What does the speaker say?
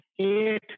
eight